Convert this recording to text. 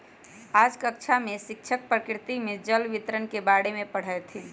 आज कक्षा में शिक्षक प्रकृति में जल वितरण के बारे में पढ़ईथीन